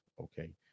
okay